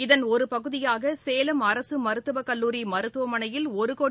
இதன் ஒருபகுதியாகசேலம் அரசுமருத்துவக் கல்லூரிமருத்துவமனையில் ஒருகோடி